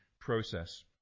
process